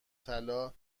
طلا